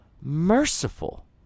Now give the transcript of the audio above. merciful